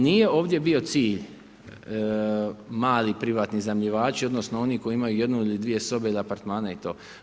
Nije ovdje bio cilj, mali, privatni iznajmljivači odnosno oni koji imaju jednu ili dvije sobe iz apartmana i to.